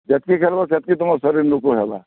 ଯେତକି ଖେଳିବ ସେତିକି ତମ ଶରୀର୍ ହେବା